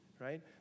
right